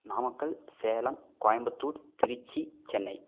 Namakkal Salem Coimbatore Tiruchi Chennai